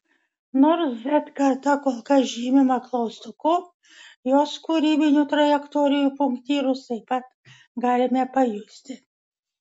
nors z karta kol kas žymima klaustuku jos kūrybinių trajektorijų punktyrus taip pat galime pajusti